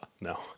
No